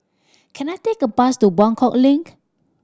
can I take a bus to Buangkok Link